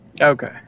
Okay